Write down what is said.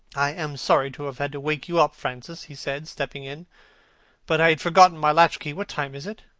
i am sorry to have had to wake you up, francis, he said, stepping in but i had forgotten my latch-key. what time is it?